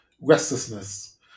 restlessness